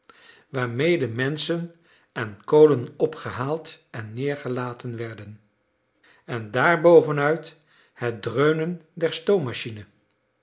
waarmede menschen en kolen opgehaald en neergelaten werden en daar bovenuit het dreunen der stoommachine